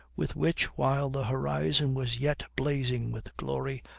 with which, while the horizon was yet blazing with glory,